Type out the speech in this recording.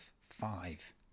five